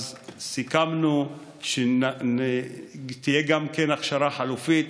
סיכמנו שתהיה גם הכשרה חלופית,